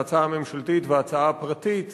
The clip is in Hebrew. ההצעה הממשלתית וההצעה הפרטית,